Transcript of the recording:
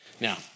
Now